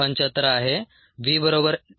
75 आहे v बरोबर 0